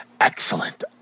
excellent